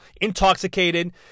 intoxicated